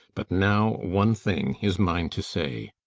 but now one thing is mine to say.